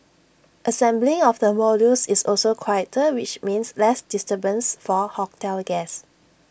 assembly of the modules is also quieter which means less disturbance for hotel guests